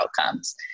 outcomes